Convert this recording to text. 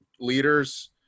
leaders